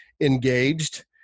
engaged